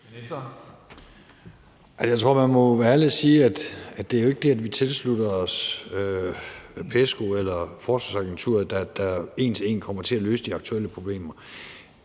jeg tror, man må være ærlig og sige, at det jo ikke er det, at vi tilslutter os PESCO eller Forsvarsagenturet, der en til en kommer til at løse de aktuelle problemer.